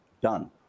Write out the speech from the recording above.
done